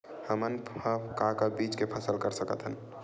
हमन ह का का बीज के फसल कर सकत हन?